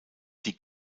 die